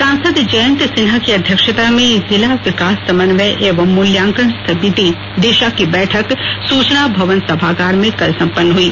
सांसद जयन्त सिन्हा की अध्यक्षता में जिला विकास समन्वय एवं मूल्यांकन समिति दिशा की बैठक सूचना भवन सभागार में कल संपन्न हुई